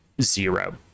zero